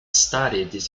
studied